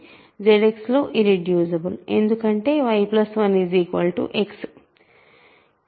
కాబట్టి f అనేది ZX లో ఇర్రెడ్యూసిబుల్ ఎందుకంటే y 1 X